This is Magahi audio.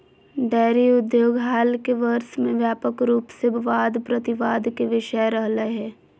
डेयरी उद्योग हाल के वर्ष में व्यापक रूप से वाद प्रतिवाद के विषय रहलय हें